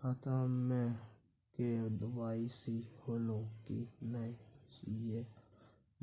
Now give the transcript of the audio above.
खाता में के.वाई.सी होलै की नय से